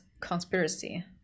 conspiracy